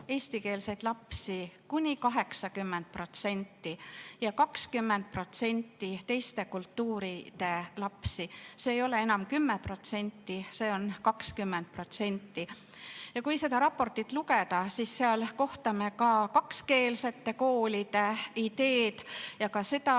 eestikeelseid lapsi kuni 80% ja 20% teiste kultuuride lapsi. See ei ole enam 10%, see on 20%. Kui seda raportit lugeda, siis seal kohtame ka kakskeelsete koolide ideed ja ka seda